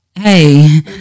hey